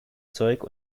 zeug